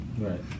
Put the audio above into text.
Right